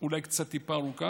אולי קצת טיפה ארוכה,